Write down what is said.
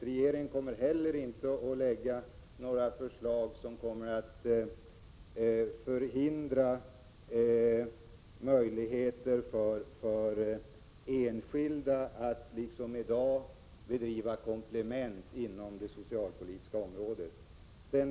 Regeringen kommer heller inte att lägga fram några förslag, som förhindrar enskildas möjligheter att, liksom i dag, bedriva alternativ inom det socialpolitiska området.